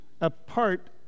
apart